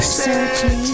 searching